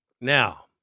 Now